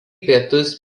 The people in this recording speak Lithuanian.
pietus